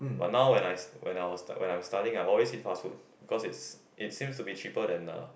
but now when I s~ when I was when I was studying I always eat fast food because it it seems to be cheaper than uh